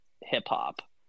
hip-hop